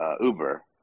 Uber